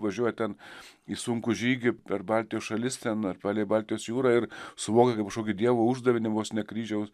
važiuoja ten į sunkų žygį per baltijos šalis ten ar palei baltijos jūrą ir suvokia kaip kažkokį dievo uždavinį vos ne kryžiaus